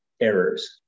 errors